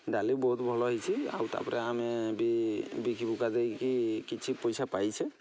ଡାଲି ବହୁତ ଭଲ ହେଇଛି ଆଉ ତା'ପରେ ଆମେ ବି ବିକି ବୁକା ଦେଇକି କିଛି ପଇସା ପାଇଛେ